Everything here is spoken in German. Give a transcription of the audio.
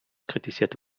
kritisierte